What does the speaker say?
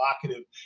provocative